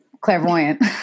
clairvoyant